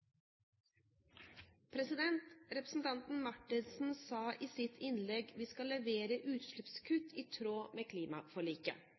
for. Representanten Marthinsen sa i sitt innlegg: Vi skal levere